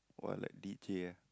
what like D_J ah